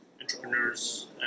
entrepreneurs